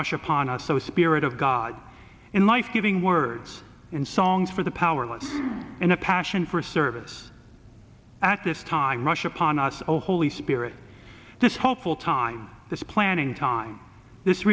time upon us so spirit of god in life giving words in songs for the powerless in a passion for service at this time rush upon us oh holy spirit this hopeful time this planning time this